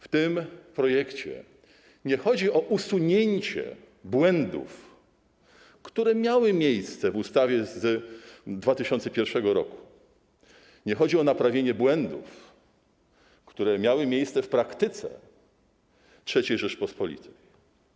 W tym projekcie nie chodzi o usunięcie błędów, które miały miejsce w ustawie z 2001 r., nie chodzi o naprawienie błędów, które miały miejsce w praktyce III Rzeczypospolitej.